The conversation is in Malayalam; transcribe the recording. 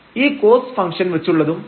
ഈ Cos ഫംഗ്ഷൻ വച്ചുള്ളതും പൂജ്യമായിപ്പോവും